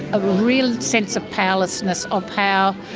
a real sense of powerlessness of how